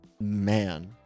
man